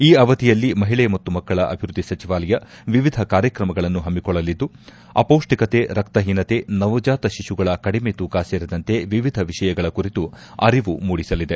ಈ ಅವಧಿಯಲ್ಲಿ ಮಹಿಳಿ ಮತ್ತು ಮಕ್ಕಳ ಅಭಿವೃದ್ದಿ ಸಚಿವಾಲಯ ವಿವಿಧ ಕಾರ್ಯಕ್ರಮಗಳನ್ನು ಹಮ್ಮಿಕೊಳ್ಳಲಿದ್ದು ಅಪೌಡ್ಡಿಕತೆ ರಕ್ತಹೀನತೆ ನವಜಾತ ಶಿಶುಗಳ ಕಡಿಮೆ ತೂಕ ಸೇರಿದಂತೆ ವಿವಿಧ ವಿಷಯಗಳ ಕುರಿತು ಅರಿವು ಮೂಡಿಸಲಿದೆ